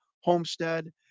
Homestead